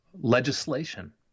legislation